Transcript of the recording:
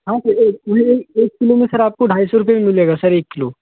हाँ सर एक एक किलो में सर आपको ढाई सौ रुपए भी मिलेगा सर एक किलो